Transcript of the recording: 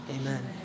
amen